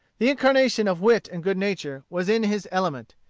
the incarnation of wit and good nature, was in his element.